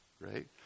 right